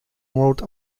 wrote